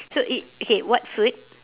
so it okay what food